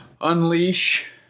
unleash